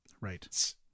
Right